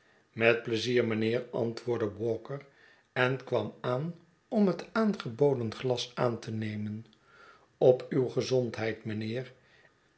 met pleizier meneer antwoordde walker en kwam aan om het aangeboden glas aan te nemen op uw gezondheid meneer